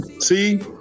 See